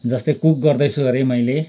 जस्तै कुक गर्दैछु अरे मैले